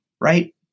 right